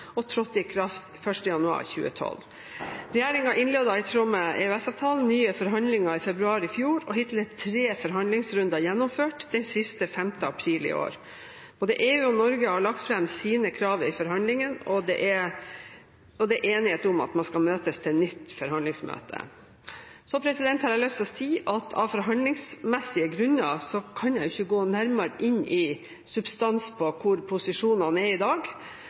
og trådte i kraft den 1. januar 2012. Regjeringen innledet, i tråd med EØS-avtalen, nye forhandlinger i februar i fjor. Hittil er tre forhandlingsrunder gjennomført, den siste 5. april i år. Både EU og Norge har lagt fram sine krav i forhandlingene, og det er enighet om at man skal møtes til nytt forhandlingsmøte. Jeg har lyst til å si at av forhandlingsmessige grunner kan jeg ikke gå nærmere inn på substansen i hvordan posisjonene er i dag.